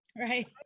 Right